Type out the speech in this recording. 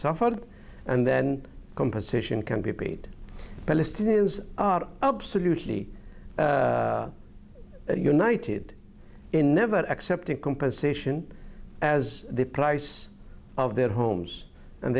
suffered and then composition can be paid palestinians are absolutely united in never accepted compensation as the price of their homes and